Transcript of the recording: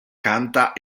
canta